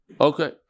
Okay